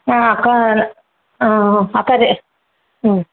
ஆ அக்கா எனக்கு ஆ ஆ அக்கா ம்